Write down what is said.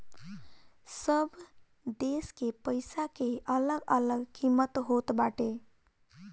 सब देस के पईसा के अलग अलग किमत होत बाटे